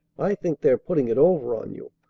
i think they're putting it over on you.